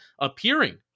appearing